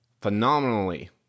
phenomenally